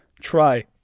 try